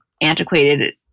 antiquated